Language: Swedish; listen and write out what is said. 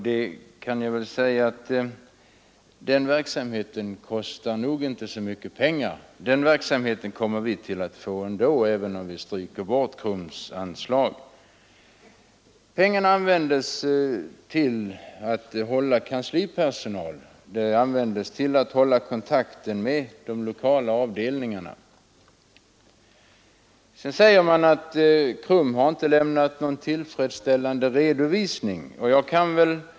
Jag kan nog säga att den del av verksamheten som här åsyftas inte kostar så mycket pengar, och den verksamheten kommer att bedrivas även om anslaget dras in. Pengarna används till att anställa kanslipersonal och att hålla kontakten med lokalavdelningarna. Det sägs vidare att KRUM inte lämnat någon tillfredställande redovisning.